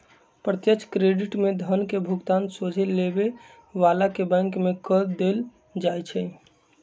प्रत्यक्ष क्रेडिट में धन के भुगतान सोझे लेबे बला के बैंक में कऽ देल जाइ छइ